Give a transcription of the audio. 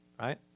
right